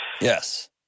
Yes